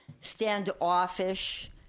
standoffish